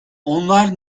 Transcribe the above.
onlar